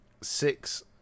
six